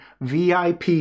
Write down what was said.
VIP